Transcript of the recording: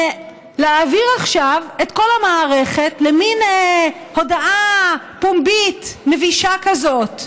זה להעביר עכשיו את כל המערכת למין הודאה פומבית מבישה כזאת: